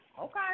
Okay